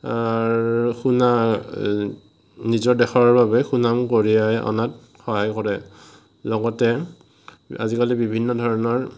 নিজৰ দেশৰ বাবে সুনাম কঢ়িয়াই অনাত সহায় কৰে লগতে আজিকালি বিভিন্ন ধৰণৰ